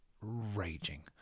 raging